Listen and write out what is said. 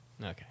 Okay